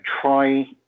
try